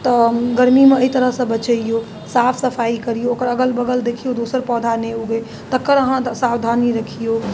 तऽ गरमीमे एहि तरहसँ बचैऔ साफ सफाइ करिऔ ओकर अगल बगल देखिऔ दोसर पौधा नहि उगै तकर अहाँ सावधानी रखिऔ